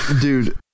dude